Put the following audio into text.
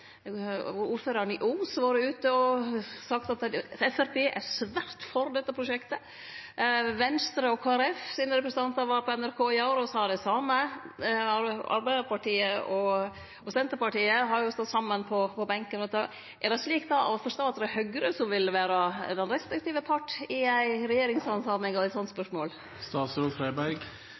ordføraren i Os, vore ute og sagt at Framstegspartiet er svært for dette prosjektet. Representantar frå Venstre og Kristeleg Folkeparti var på NRK i går og sa det same. Arbeidarpartiet og Senterpartiet har stått saman på benken om dette. Er det då slik å forstå at det er Høgre som vil vere den restriktive parten i ei regjeringshandsaming av eit slikt spørsmål?